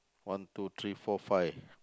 one two three four five